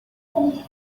jail